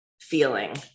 feeling